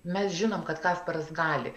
mes žinom kad kasparas gali